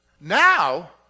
Now